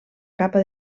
capa